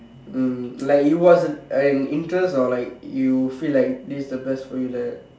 um like it was a an interest or like you feel like this is the best for you like that